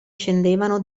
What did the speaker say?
scendevano